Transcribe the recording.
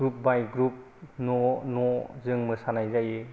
group by group न' न' जों मोसानाय जायो